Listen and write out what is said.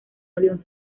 avión